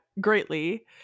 greatly